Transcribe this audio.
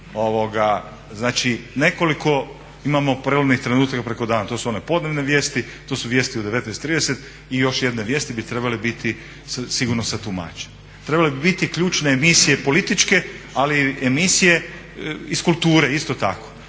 znači nekoliko imamo prelomnih trenutaka preko dana. To su one podnevne vijesti, to su vijesti u 19,30 i još jedne vijesti bi trebale biti sigurno sa tumačem. Trebale bi biti ključne emisije političke, ali i emisije iz kulture isto tako.